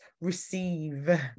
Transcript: receive